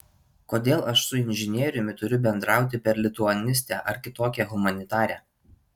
kodėl aš su inžinieriumi turiu bendrauti per lituanistę ar kitokią humanitarę